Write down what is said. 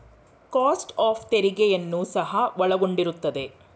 cost of ತೆರಿಗೆಯನ್ನು ಸಹ ಒಳಗೊಂಡಿರುತ್ತದೆ